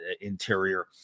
interior